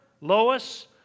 Lois